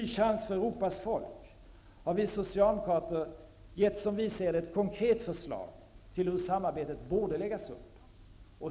Socialdemokraterna gett ett konkret förslag till hur samarbetet borde läggas upp.